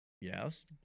yes